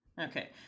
Okay